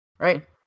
Right